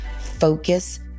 focus